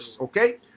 okay